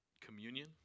communion